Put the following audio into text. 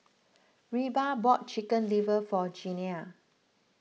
Reba bought Chicken Liver for Janiah